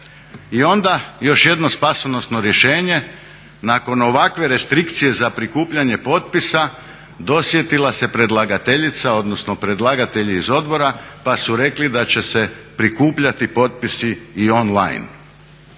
I onda još jedno spasonosno rješenje, nakon ovakve restrikcije za prikupljanje potpisa dosjetila se predlagateljica odnosno predlagatelji iz odbora pa su rekli da će se prikupljati potpisi i online.